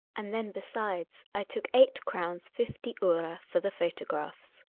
and then besides i took eight crowns, fifty ore for the photographs.